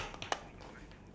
that's why